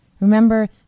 Remember